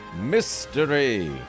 mystery